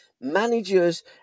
managers